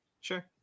Sure